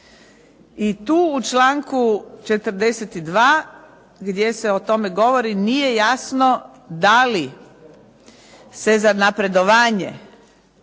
I tu u članku 42. gdje se o tome govori nije jasno da li se za napredovanje